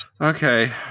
Okay